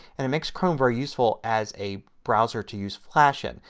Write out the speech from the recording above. and it makes chrome very useful as a browser to use flash in.